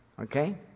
okay